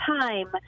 time